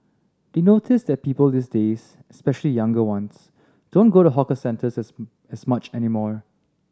they notice that people these days especially younger ones don't go to hawker centres as much any more